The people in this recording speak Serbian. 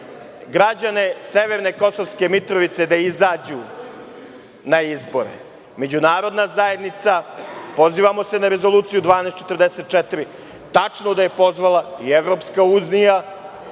građane severne Kosovske Mitrovice da izađu na izbore, međunarodna zajednica, pozivamo se na Rezoluciju 1244. Tačno da je pozvala i EU, ali